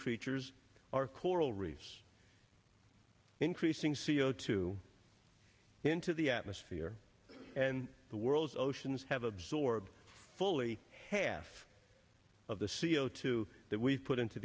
creatures are coral reefs increasing c o two into the atmosphere and the world's oceans have absorbed fully half of the c o two that we've put into